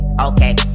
Okay